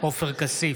עופר כסיף,